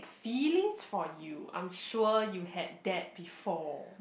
feelings for you I'm sure you had that before